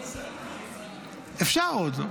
אפשר עוד.